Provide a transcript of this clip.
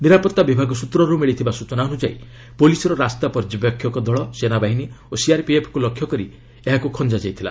ନିରାପତ୍ତା ବିଭାଗ ସ୍ନତ୍ରରୁ ମିଳିଥିବା ସ୍କୁଚନା ଅନୁଯାୟୀ ପୁଲିସ୍ର ରାସ୍ତା ପର୍ଯ୍ୟବେକ୍ଷକ ଦଳ ସେନା ବାହିନୀ ଓ ସିଆର୍ପିଏଫ୍କୁ ଲକ୍ଷ୍ୟ କରି ଏହାକୁ ଖଞ୍ଜା ଯାଇଥିଲା